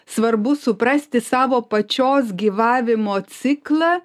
svarbu suprasti savo pačios gyvavimo ciklą